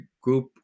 group